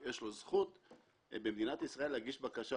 בני משפחותיהם של חיילי צד"ל ראו בנו כבני